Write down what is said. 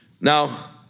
Now